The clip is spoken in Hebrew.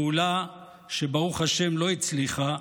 פעולה שלא הצליחה,